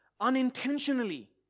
unintentionally